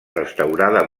restaurada